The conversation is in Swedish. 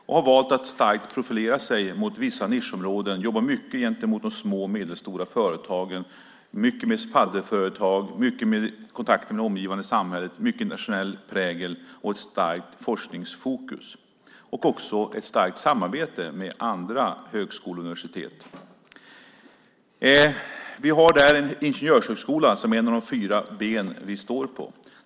Man har valt att starkt profilera sig mot vissa nischområden och jobbar mycket gentemot de små och medelstora företagen, mycket med fadderföretag och har mycket kontakter med det omgivande samhället. Man har en mycket internationell prägel, starkt forskningsfokus och också ett starkt samarbete med andra högskolor och universitet. Vi har där en ingenjörshögskola som är ett av de fyra ben vi står på.